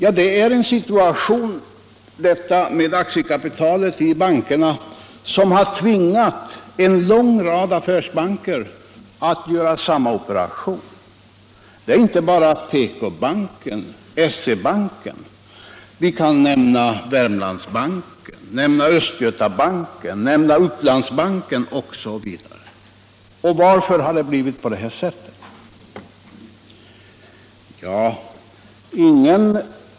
Aktiekapitalsituationen i bankerna har tvingat en lång rad affärsbanker att göra samma operation — inte bara PK-banken och SE-banken. Jag kan nämna Wermlandsbanken, Östgötabanken, Uplandsbanken, osv. Varför har det då blivit på det sättet?